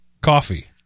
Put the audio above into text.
coffee